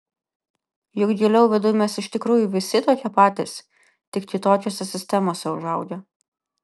juk giliau viduj mes iš tikrųjų visi tokie patys tik kitokiose sistemose užaugę